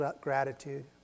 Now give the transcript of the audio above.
gratitude